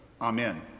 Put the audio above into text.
Amen